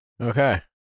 okay